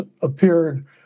appeared